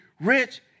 rich